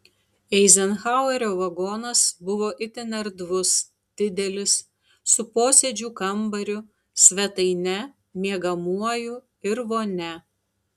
eizenhauerio vagonas buvo itin erdvus didelis su posėdžių kambariu svetaine miegamuoju ir vonia